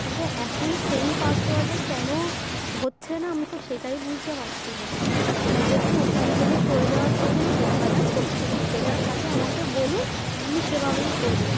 কিন্তু এখন সেম পাসওয়ার্ডে কেন হচ্ছে না আমি তো সেটাই বুঝতে পারছি না আপনাদের কি ওখান থেকে করে দেওয়ার কি কোনো ব্যাপার আছে যদি সেটা থাকে আমাকে বলুন আমি সেভাবেই করব